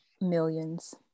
millions